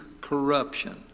corruption